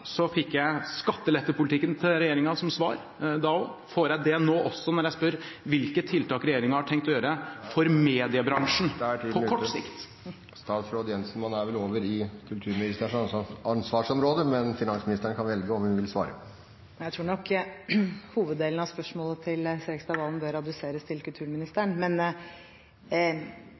fikk jeg skattelettepolitikken til regjeringen som svar – da også. Får jeg det nå også når jeg spør hvilke tiltak regjeringen har tenkt å gjøre for mediebransjen på kort sikt? Man er vel over i kulturministerens ansvarsområde, men finansministeren kan velge om hun vil svare. Jeg tror nok hoveddelen av spørsmålet til Serigstad Valen bør adresseres til kulturministeren.